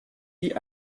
wie